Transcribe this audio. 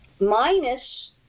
minus